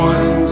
One